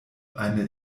eine